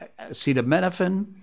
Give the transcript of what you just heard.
acetaminophen